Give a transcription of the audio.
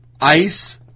ICE